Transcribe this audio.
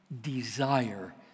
desire